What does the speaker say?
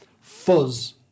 Fuzz